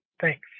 Thanks